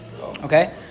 Okay